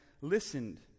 listened